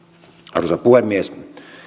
arvoisa puhemies